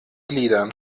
gliedern